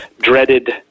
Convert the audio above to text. dreaded